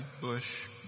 Bush